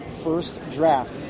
FIRSTDRAFT